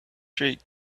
streak